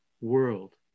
world